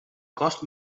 cost